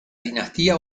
dinastía